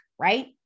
right